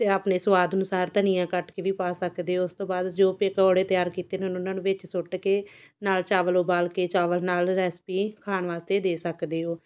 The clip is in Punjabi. ਅਤੇ ਆਪਣੇ ਸਵਾਦ ਅਨੁਸਾਰ ਧਨੀਆ ਕੱਟ ਕੇ ਵੀ ਪਾ ਸਕਦੇ ਹੋ ਉਸ ਤੋਂ ਬਾਅਦ ਜੋ ਪਕੌੜੇ ਤਿਆਰ ਕੀਤੇ ਨੇ ਹੁਣ ਉਹਨਾਂ ਨੂੰ ਵਿੱਚ ਸੁੱਟ ਕੇ ਨਾਲ਼ ਚਾਵਲ ਉਬਾਲ ਕੇ ਚਾਵਲ ਨਾਲ਼ ਰੈਸਪੀ ਖਾਣ ਵਾਸਤੇ ਦੇ ਸਕਦੇ ਹੋ